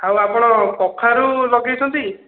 ଆଉ ଆପଣ କଖାରୁ ଲଗେଇଛନ୍ତି